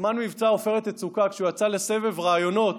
בזמן מבצע עופרת יצוקה, כשהוא יצא לסבב ראיונות